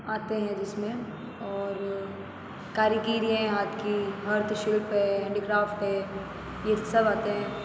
आते हैं जिसमें और कारीगरी है हाथ की हस्तशिल्प है हैंडीक्राफ़्ट हैं ये सब आते हैं